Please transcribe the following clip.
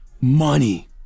Money